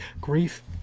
grief